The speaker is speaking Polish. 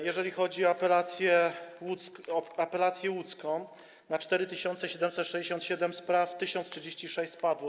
Jeżeli chodzi o apelację łódzką, to na 4767 spraw 1036 spadło.